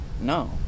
no